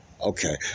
Okay